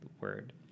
word